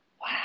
Wow